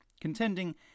contending